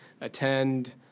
Attend